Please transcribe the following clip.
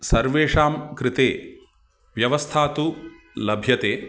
सर्वेषां कृते व्यवस्था तु लभ्यते